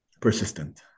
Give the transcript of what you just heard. Persistent